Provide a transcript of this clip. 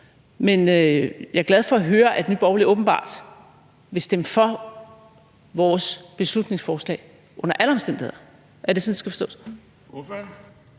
Men jeg er glad for at høre, at Nye Borgerlige åbenbart vil stemme for vores beslutningsforslag under alle omstændigheder. Er det sådan, det skal forstås?